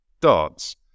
darts